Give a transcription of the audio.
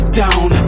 down